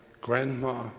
Grandma